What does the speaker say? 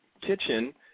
kitchen